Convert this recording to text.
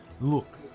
Look